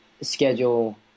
schedule